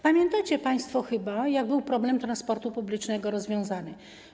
Pamiętacie państwo chyba, jak problem transportu publicznego był rozwiązany.